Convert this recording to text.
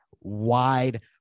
wide